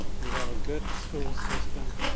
we have a good school system,